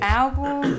album